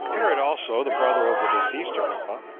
herod also, the brother of the deceased agrippa,